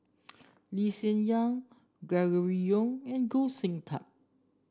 Lee Hsien Yang Gregory Yong and Goh Sin Tub